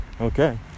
Okay